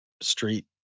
street